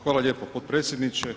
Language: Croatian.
Hvala lijepo potpredsjedniče.